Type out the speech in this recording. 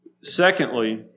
Secondly